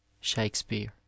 shakespeare